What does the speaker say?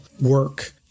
work